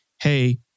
hey